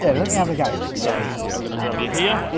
yeah let me have a go so, i'm going to grab you here,